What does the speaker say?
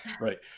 Right